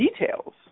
details